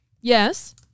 Yes